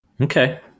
Okay